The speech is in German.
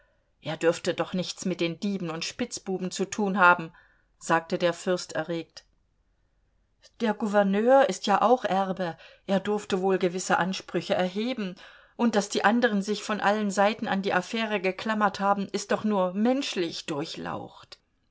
er dürfte doch nichts mit den dieben und spitzbuben zu tun haben sagte der fürst erregt der gouverneur ist ja auch erbe er durfte wohl gewisse ansprüche erheben und daß die anderen sich von allen seiten an die affäre geklammert haben ist doch nur menschlich durchlaucht